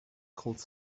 called